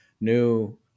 new